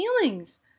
feelings